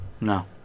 No